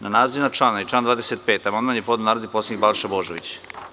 Na naziv iznad člana i član 25. amandman je podneo narodni poslanik Balša Božović.